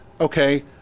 okay